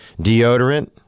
deodorant